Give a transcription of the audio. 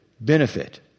benefit